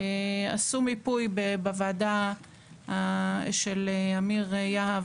עשו מיפוי בוועדה של אמיר יהב,